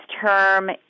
term